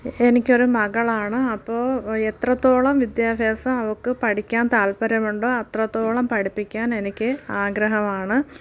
എനിക്കൊരു മകളാണ് അപ്പോൾ എത്രത്തോളം വിദ്യാഭ്യാസം അവൾക്ക് പഠിക്കാൻ താല്പര്യം ഉണ്ടോ അത്രത്തോളം പഠിപ്പിക്കാൻ എനിക്ക് ആഗ്രഹമാണ്